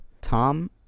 Tom